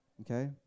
Okay